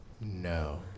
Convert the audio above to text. No